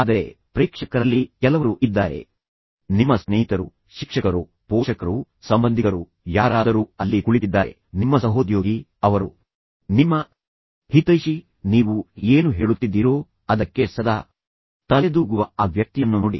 ಆದರೆ ಪ್ರೇಕ್ಷಕರಲ್ಲಿ ಕೆಲವರು ಇದ್ದಾರೆ ನಿಮ್ಮ ಸ್ನೇಹಿತರು ನಿಮ್ಮ ಶಿಕ್ಷಕರು ನಿಮ್ಮ ಪೋಷಕರು ನಿಮ್ಮ ಸಂಬಂಧಿಕರು ಯಾರಾದರೂ ಅಲ್ಲಿ ಕುಳಿತಿದ್ದಾರೆ ನಿಮ್ಮ ಸಹೋದ್ಯೋಗಿ ಅವರು ನಿಮ್ಮ ಹಿತೈಷಿ ಮತ್ತು ಸಂಪರ್ಕಿಸಬಹುದಾದ ನೀವು ಏನು ಹೇಳುತ್ತಿದ್ದೀರೋ ಅದಕ್ಕೆ ಸದಾ ತಲೆದೂಗುವ ಆ ವ್ಯಕ್ತಿಯನ್ನು ನೋಡಿ